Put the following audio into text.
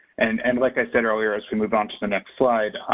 and and like i said earlier, as we move on to the next slide,